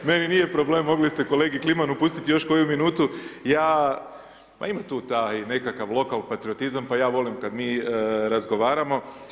Meni nije problem, mogli ste kolegi Klimanu pustiti još koju minutu, ja, pa ima tu taj nekakav taj lokal patriotizam, pa ja volim kad mi razgovaramo.